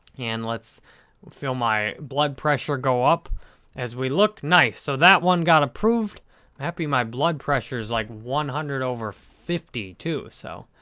and let's feel my blood pressure go up as we look. nice, so that one got approved. i'm happy. my blood pressure's like one hundred over fifty, too, so